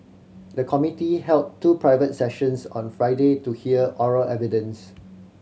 the committee held two private sessions on Friday to hear oral evidence